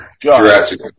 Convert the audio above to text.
Jurassic